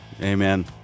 Amen